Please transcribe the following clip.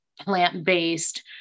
plant-based